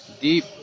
deep